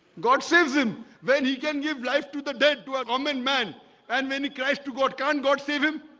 god saves him when he can give life to the dead to a roman man and many christ to god. can god save him